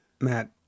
Matt